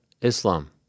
Islam